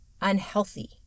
unhealthy